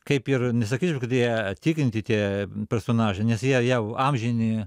kaip ir nesakysiu kad jie tikinti tie personažai nes jie jau amžini